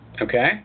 Okay